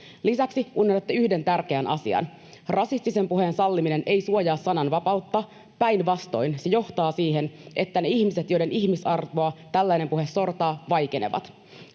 Lisäksi unohdatte yhden tärkeän asian: Rasistisen puheen salliminen ei suojaa sananvapautta. Päinvastoin se johtaa siihen, että ne ihmiset, joiden ihmisarvoa tällainen puhe sortaa, vaikenevat.